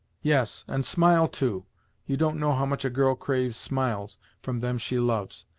yes, and smile, too you don't know how much a girl craves smiles from them she loves.